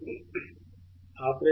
of frequency సూత్రం